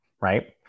Right